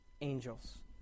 angels